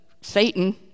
satan